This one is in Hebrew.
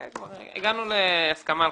וגם אתה תומך בחוק.